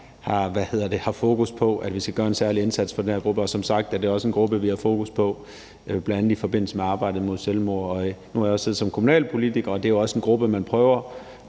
har fokus på vi skal gøre en særlig indsats på. Som sagt er det også en gruppe, vi har fokus på, bl.a. i forbindelse med arbejdet mod selvmord. Nu har jeg også siddet som kommunalpolitiker, og det er også en gruppe, man prøver